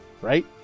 Right